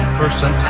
person